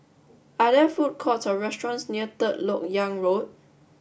are there food courts or restaurants near Third Lok Yang Road